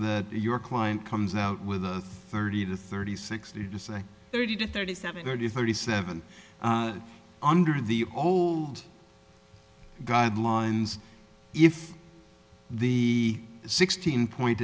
that your client comes out with thirty to thirty sixty to say thirty to thirty seven thirty thirty seven under the old guidelines if the sixteen point